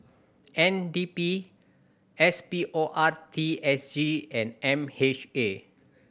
N D P S P O R T S G and M H A